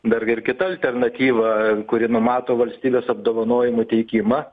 dar ir kita alternatyva a kuri numato valstybės apdovanojimų teikimą